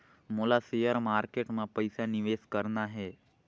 मोला share market मां पइसा निवेश करना हे?